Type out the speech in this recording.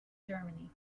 germany